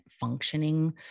functioning